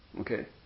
Okay